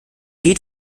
geht